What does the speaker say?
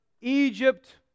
Egypt